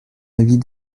avis